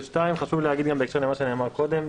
ושתיים, חשוב להגיד גם בהקשר למה שנאמר קודם.